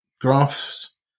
graphs